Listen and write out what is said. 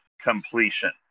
completion